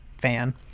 fan –